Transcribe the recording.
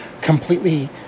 completely